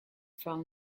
from